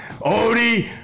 Odie